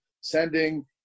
sending